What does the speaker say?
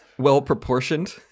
Well-proportioned